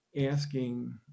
asking